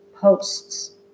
posts